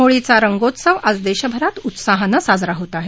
होळी हा रंगोत्सव आज देशभरात उत्साहाने साजरा होत आहे